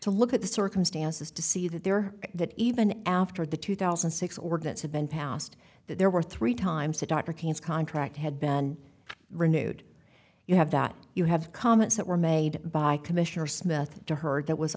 to look at the circumstances to see that there that even after the two thousand and six ordinance had been passed that there were three times that dr king's contract had been renewed you have that you have comments that were made by commissioner smith to her that was